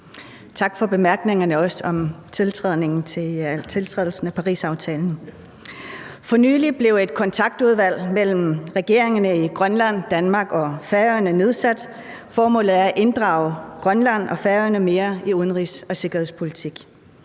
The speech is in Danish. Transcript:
tak for bemærkningerne om tiltrædelsen af Parisaftalen. For nylig blev et kontaktudvalg mellem regeringerne i Grønland, Danmark og Færøerne nedsat. Formålet er at inddrage Grønland og Færøerne mere i udenrigs- og sikkerhedspolitik.